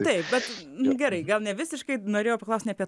taip bet nu gerai gal nevisiškai norėjau paklaust ne apie